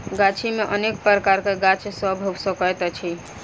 गाछी मे अनेक प्रकारक गाछ सभ भ सकैत अछि